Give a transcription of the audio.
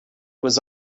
was